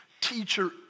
teacher